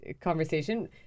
conversation